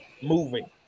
moving